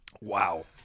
Wow